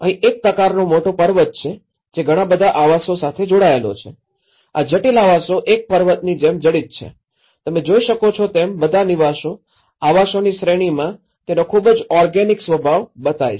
અહીં એક પ્રકારનો મોટો પર્વત છે જે ઘણા બધા આવાસો સાથે જોડાયેલો છે આ જટિલ આવાસો એક પર્વતની જેમ જડિત છે તમે જોઈ શકો છો તેમ બધા નિવાસો આવાસોની શ્રેણીમાં તેનો ખૂબ જ ઓર્ગેનિક સ્વભાવ બતાય છે